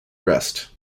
rest